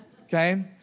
okay